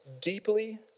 deeply